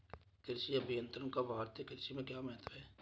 कृषि अभियंत्रण का भारतीय कृषि में क्या महत्व है?